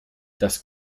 das